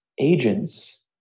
agents